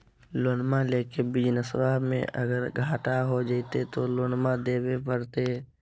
लोनमा लेके बिजनसबा मे अगर घाटा हो जयते तो लोनमा देवे परते?